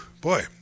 Boy